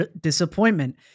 disappointment